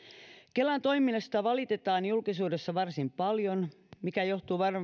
kelan toiminnasta valitetaan julkisuudessa varsin paljon mikä johtuu